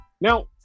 Now